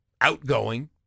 outgoing